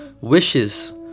wishes